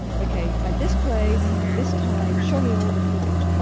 okay, at this place at this time, show me all the footage.